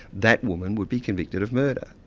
that woman would be convicted of murder.